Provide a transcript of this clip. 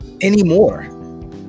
anymore